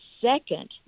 second